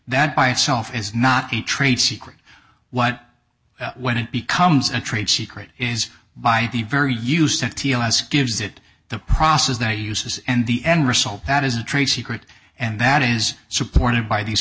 that by itself is not a trade secret what when it becomes a trade secret is by the very use that gives it the process that he uses and the end result that is a trade secret and that is supported by these